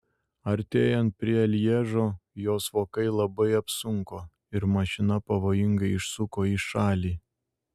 artėjant prie lježo jos vokai labai apsunko ir mašina pavojingai išsuko į šalį